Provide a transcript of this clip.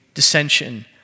dissension